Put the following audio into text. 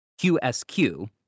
QSQ